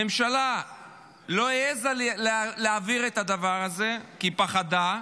הממשלה לא העיזה להעביר את הדבר הזה כי היא פחדה,